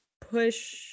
push